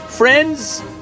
Friends